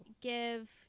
give